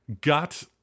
Got